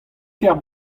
kêr